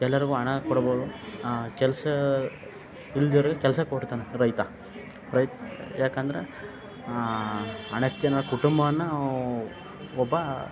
ಎಲ್ಲರಿಗೂ ಅಣಷ್ಟು ಕೊಡ್ಬೋದು ಕೆಲಸ ಇಲ್ದಿರೆ ಕೆಲಸ ಕೊಡ್ತಾನೆ ರೈತ ರೈತ ಯಾಕಂದ್ರೆ ಅನಷ್ಟು ಜನರ ಕುಟುಂಬವನ್ನು ಒಬ್ಬ